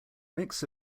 mix